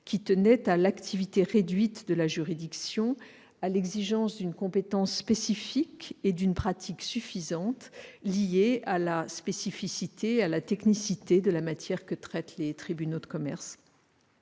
objectifs : l'activité réduite de la juridiction, ainsi que l'exigence d'une compétence spécifique et d'une pratique suffisante liée à la spécificité et à la technicité de la matière que traitent les tribunaux de commerce.